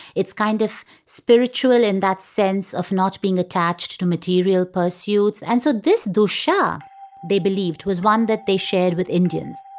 it's kind of spiritual in that sense of not being attached to material pursuits. and so this dusha they believed was one that they shared with indians